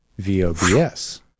VOBS